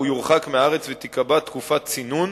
הוא יורחק מהארץ ותיקבע תקופת צינון,